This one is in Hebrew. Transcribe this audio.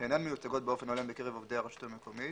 שאינן מיוצגות באופן הולם בקרב עובדי הרשות המקומית,